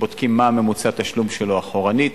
בודקים מה ממוצע התשלום שלו אחורנית,